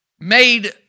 made